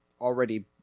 already